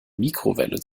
mikrowelle